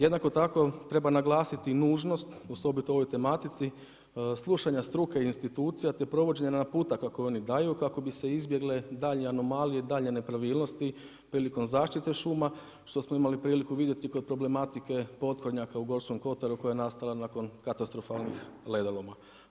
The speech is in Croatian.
Jednako tako treba naglasiti nužnost osobito o ovoj tematici slušanja struke i institucija, te provođenje naputaka koje oni daju kako bi se izbjegle daljnje anomalije, daljnje nepravilnosti prilikom zaštite šuma što smo imali priliku vidjeti kod problematike potkornjaka u Gorskom kotaru koja je nastala nakon katastrofalnih ledoloma.